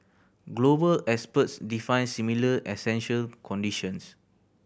global experts define similar essential conditions